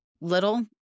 little